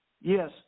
Yes